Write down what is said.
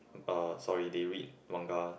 uh sorry they read manga